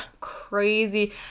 crazy